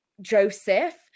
Joseph